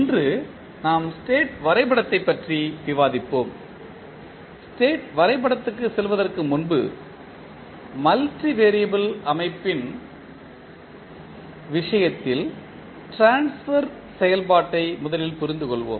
இன்று நாம் ஸ்டேட் வரைபடத்தைப் பற்றி விவாதிப்போம் ஸ்டேட் வரைபடத்திற்குச் செல்வதற்கு முன்பு மல்டி வெறியபிள் அமைப்பின் விஷயத்தில் ட்ரான்ஸ்பர் செயல்பாட்டை முதலில் புரிந்துகொள்வோம்